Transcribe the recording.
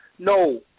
No